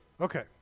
Okay